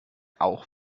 auch